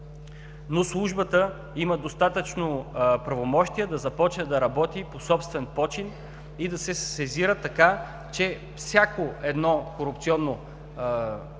Но службата има достатъчно правомощия да започне да работи по собствен почин и да се сезира, така че всяко едно корупционно